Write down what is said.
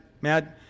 mad